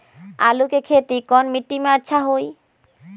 आलु के खेती कौन मिट्टी में अच्छा होइ?